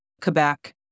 Quebec